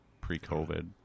pre-COVID